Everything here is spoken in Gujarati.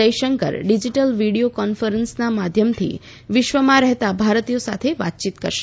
જયશંકર ડિજિટલ વીડિયો કોન્ફરન્સના માધ્યમથી વિશ્વમાં રહેતા ભારતીયો સાથે વાતચીત કરશે